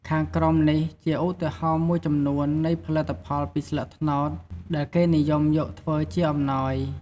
ខាងក្រោមនេះ ជាឧទាហរណ៍មួយចំនួននៃផលិតផលពីស្លឹកត្នោតដែលគេនិយមយកធ្វើជាអំណោយ។